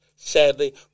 Sadly